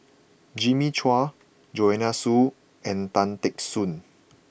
Jimmy Chua Joanne Soo and Tan Teck Soon